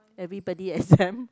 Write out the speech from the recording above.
everybody exam